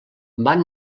van